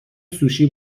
سوشی